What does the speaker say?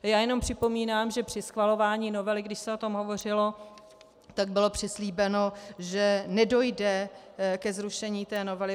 Jenom připomínám, že při schvalování novely, když se o tom hovořilo, tak bylo přislíbeno, že nedojde ke zrušení novely .